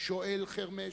שואל חרמש,